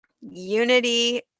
unity